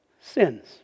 sins